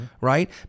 right